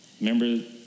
Remember